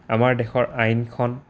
আমাৰ দেশৰ আইনখন